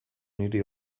niri